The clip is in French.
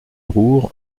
roure